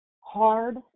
hard